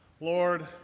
Lord